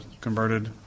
converted